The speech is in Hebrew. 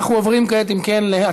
אם כן, אנחנו עוברים כעת להצבעה